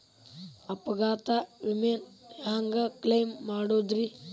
ಅಪಘಾತ ವಿಮೆನ ಹ್ಯಾಂಗ್ ಕ್ಲೈಂ ಮಾಡೋದ್ರಿ?